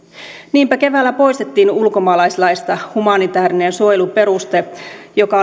niinpä keväällä poistettiin ulkomaalaislaista humanitäärinen suojeluperuste joka